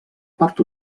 part